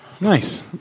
nice